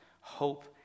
hope